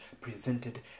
presented